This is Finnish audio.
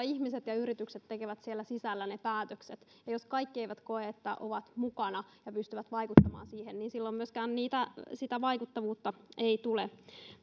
ihmiset ja yritykset tekevät niiden sisällä päätökset ja jos kaikki eivät koe että ovat mukana ja pystyvät vaikuttamaan siihen niin silloin myöskään sitä vaikuttavuutta ei tule